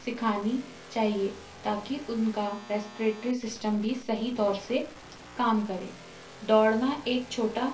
सिखानी चाहिए ताकि उनका रेस्पिरेटरी सिस्टम भी सही तौर से काम करे दौड़ना एक छोटा